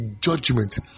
judgment